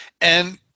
And-